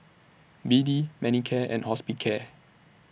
B D Manicare and Hospicare